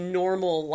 normal